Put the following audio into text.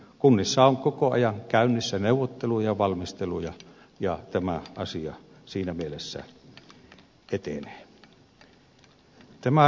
kunnissa on koko ajan käynnissä neuvotteluja ja valmisteluja ja tämä asia siinä mielessä etenee